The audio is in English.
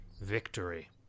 victory